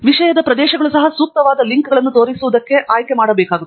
ವಿಷಯ ಪ್ರದೇಶಗಳು ಸಹ ಸೂಕ್ತವಾದ ಲಿಂಕ್ಗಳನ್ನು ತೋರಿಸುವುದಕ್ಕೆ ಆಯ್ಕೆ ಮಾಡಬೇಕಾಗುತ್ತದೆ